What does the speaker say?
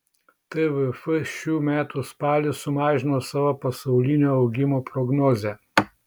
tvf šių metų spalį sumažino savo pasaulinio augimo prognozę